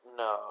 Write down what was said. no